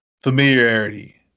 familiarity